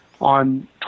on